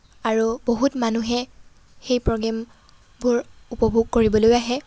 আৰু বহুত মানুহে সেই প্ৰগ্ৰেমবোৰ উপভোগ কৰিবলৈ আহে